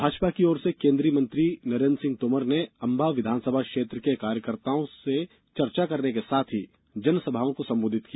भाजपा की ओर से केन्द्रीय मंत्री नरेन्द्र सिंह तोमर ने अम्बाह विधानसभा क्षेत्र के कार्यकर्ताओं से चर्चा करने के साथ ही जनसभाओं को संबोधित किया